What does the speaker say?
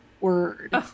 word